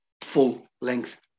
full-length